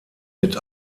mit